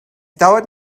dauert